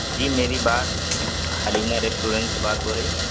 جی میری بات حلیمہ ریسٹورینٹ سے بات ہو رہی ہے